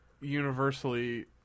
universally